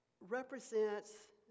Represents